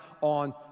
on